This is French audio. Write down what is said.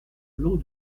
clos